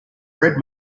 red